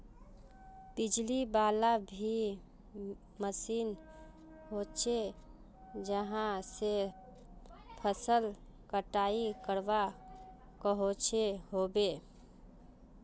बिजली वाला भी कोई मशीन होचे जहा से फसल कटाई करवा सकोहो होबे?